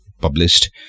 published